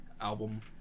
album